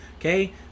Okay